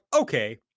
okay